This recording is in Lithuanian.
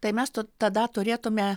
tai mes to tada turėtume